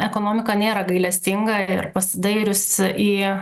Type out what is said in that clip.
ekonomika nėra gailestinga ir pasidairius į